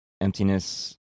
emptiness